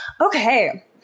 okay